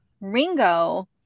Ringo